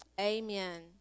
amen